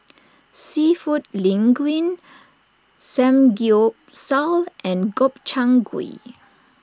Seafood Linguine Samgyeopsal and Gobchang Gui